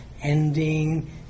ending